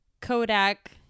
Kodak